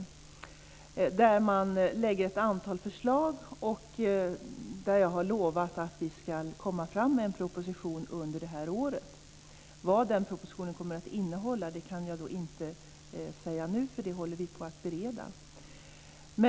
I denna lägger man fram ett antal förslag, och jag har lovat att vi ska komma fram med en proposition utifrån dessa under det här året. Vad den propositionen kommer att innehålla kan jag inte säga nu, för det håller vi på att bereda.